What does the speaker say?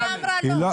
היא אמרה לא.